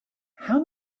how